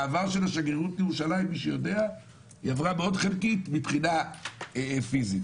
השגרירות בירושלים עברה בעוד חלקיק מבחינה פיזית.